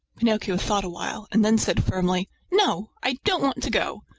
pinocchio thought a while and then said firmly no, i don't want to go.